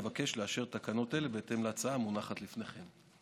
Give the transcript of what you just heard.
אבקש לאשר תקנות אלה בהתאם להצעה המונחת לפניכם.